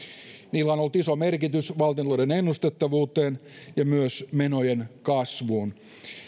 sillä on ollut iso merkitys valtiontalouden ennustettavuuteen ja myös menojen kasvuun